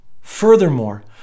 Furthermore